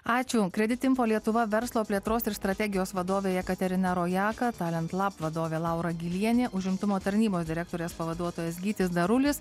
ačiū kredit info lietuva verslo plėtros ir strategijos vadovė jekaterina rojaka talent lab vadovė laura gilienė užimtumo tarnybos direktorės pavaduotojas gytis darulis